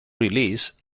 released